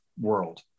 world